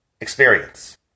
experience